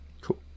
cool